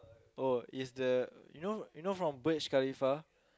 oh it's the you know you know from Burj-Khalifah